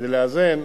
כדי לאזן,